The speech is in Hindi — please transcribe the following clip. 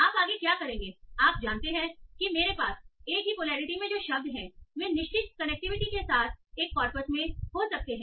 आप आगे क्या करेंगे आप जानते हैं कि मेरे पास एक ही पोलैरिटी में जो शब्द हैं वे निश्चित कनेक्टिविटी के साथ एक कॉर्पस में हो सकते हैं